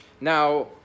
Now